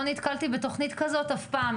ולא נתקלתי בתוכנית כזאת אף פעם,